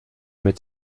mit